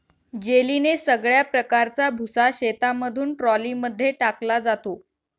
जेलीने सगळ्या प्रकारचा भुसा शेतामधून ट्रॉली मध्ये टाकला जातो